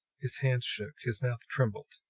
his hands shook his mouth trembled.